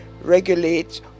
regulate